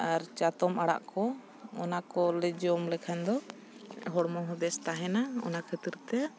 ᱟᱨ ᱪᱟᱛᱚᱢ ᱟᱲᱟᱜ ᱠᱚ ᱚᱱᱟ ᱠᱚᱞᱮ ᱡᱚᱢ ᱞᱮᱠᱷᱟᱱ ᱫᱚ ᱦᱚᱲᱢᱚ ᱦᱚᱸ ᱵᱮᱥ ᱛᱟᱦᱮᱱᱟ ᱚᱱᱟ ᱠᱷᱟᱹᱛᱤᱨ ᱛᱮ